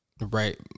right